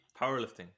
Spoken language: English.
powerlifting